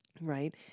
Right